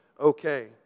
okay